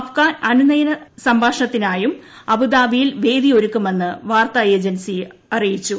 അഫ്ഗാൻ അനുനയ സംഭാഷണത്തിനായും അബുദാബിയിൽ വേദിയൊരുക്കുമെന്ന് വാർത്താ ഏജൻസി അറിയിച്ചു